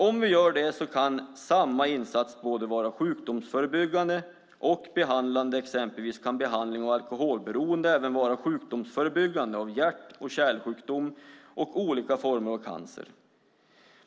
Om vi gör det kan samma insats vara både sjukdomsförebyggande och behandlande. Exempelvis kan behandling av alkoholberoende även vara förebyggande av hjärt och kärlsjukdom och olika former av cancer.